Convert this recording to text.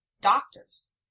doctors